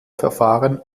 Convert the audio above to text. verfahren